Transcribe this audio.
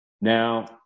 now